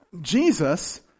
Jesus